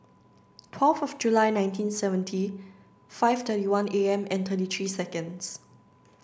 twelve of July nineteen seventy five thirty one A M and thirty three seconds